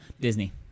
Disney